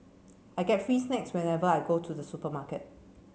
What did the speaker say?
I get free snacks whenever I go to the supermarket